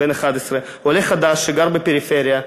עולה חדש שגר בפריפריה,